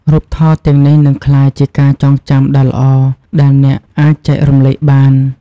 រូបថតទាំងនេះនឹងក្លាយជាការចងចាំដ៏ល្អដែលអ្នកអាចចែករំលែកបាន។